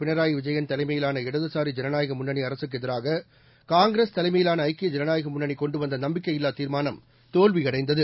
பினராயி விஜயன் தலைமையிலான இடதுசாரி ஜனநாயக முன்னணி அரசுக்கு எதிராக காங்கிரஸ் தலைமையிலான ஐக்கிய ஜனநாயக முன்னணி கொண்டுவந்த நம்பிக்கையில்லா தீர்மானம் தோல்வியடைந்தது